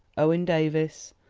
owen davies,